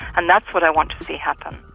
and that's what i want to see happen.